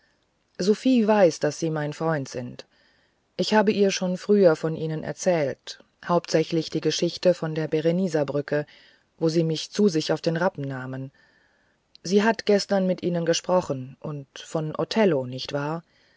sophie weiß daß sie mein freund sind ich habe ihr schon früher von ihnen erzählt hauptsächlich die geschichte von der beresina brücke wo sie mich zu sich auf den rappen nahmen sie hat gestern mit ihnen gesprochen und von othello nicht wahr